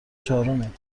چهارمیم